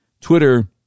Twitter